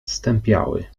stępiały